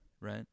right